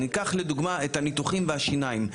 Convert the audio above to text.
אני אקח לדוגמה את הניתוחים והשיניים,